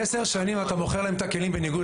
עשר שנים אתה מוכר להם את הכלים בניגוד